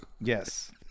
Yes